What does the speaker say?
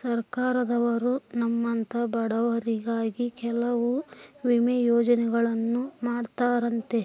ಸರ್ಕಾರದವರು ನಮ್ಮಂಥ ಬಡವರಿಗಾಗಿ ಕೆಲವು ವಿಮಾ ಯೋಜನೆಗಳನ್ನ ಮಾಡ್ತಾರಂತೆ